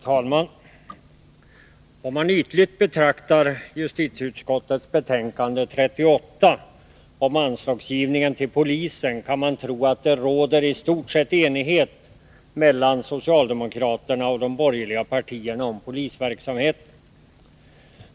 Herr talman! Om man ytligt betraktar justitieutskottets betänkande 38 om anslagsgivningen till polisen, kan man tro att det i stort sett råder enighet mellan socialdemokraterna och de borgerliga partierna om polisverksamheten.